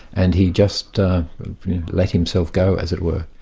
and he just let himself go, as it were.